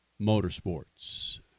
Motorsports